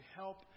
help